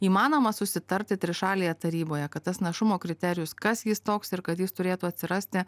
įmanoma susitarti trišalėje taryboje kad tas našumo kriterijus kas jis toks ir kad jis turėtų atsirasti